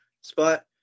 spot